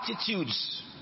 attitudes